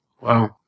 Wow